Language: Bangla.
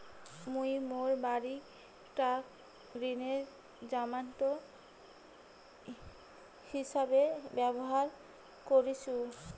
মুই মোর বাড়িটাক ঋণের জামানত হিছাবে ব্যবহার করিসু